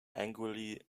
angrily